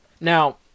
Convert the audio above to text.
Now